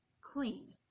clean